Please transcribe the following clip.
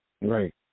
Right